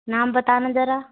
नाम बताना जरा